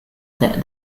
that